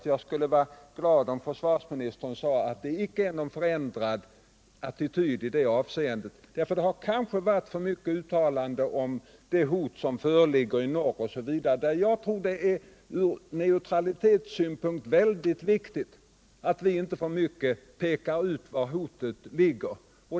Jag skulle vara glad om försvarsministern sade att det icke är någon förändrad attityd från hans sida. Det har enligt min mening varit för många uttalanden om det hot som föreligger i norr osv., och jag tror att det från neutralitetssynpunkt är väldigt viktigt att vi inte för mycket pekar ut var hotet ligger.